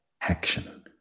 action